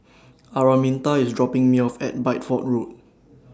Araminta IS dropping Me off At Bideford Road